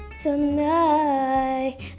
Tonight